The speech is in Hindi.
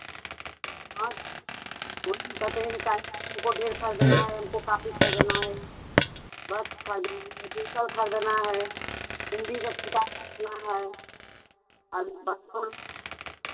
हाँ उनका हमको ढेर खरदना है हमको कॉपी खरदना है बॉक्स खरदना है बोतल खरदना है हिन्दी का किताब खरीदना है और